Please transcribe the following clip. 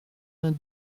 vingt